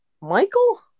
Michael